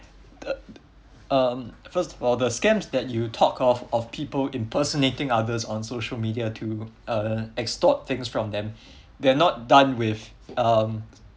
um first of all the scams that you talked off of people impersonating others on social media to uh exhort thing from them they are not done with um